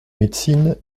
médecine